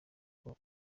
uko